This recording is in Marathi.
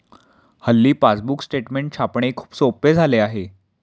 हल्ली पासबुक स्टेटमेंट छापणे खूप सोपे झाले आहे